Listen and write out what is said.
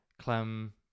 Clem